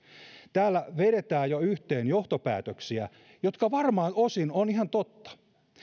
täällä jo vedetään yhteen johtopäätöksiä jotka varmaan osin ovat ihan totta